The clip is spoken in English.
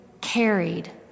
carried